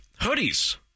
hoodies